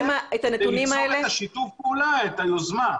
כעת הוא שייווצר שיתוף הפעולה ויוזמה.